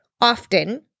often